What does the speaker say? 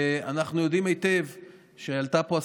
כי היום כל אחד הוא בבדיקה פרטנית.